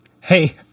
Hey